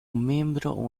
membro